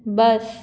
bus